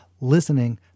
Listening